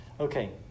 Okay